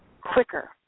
quicker